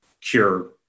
cure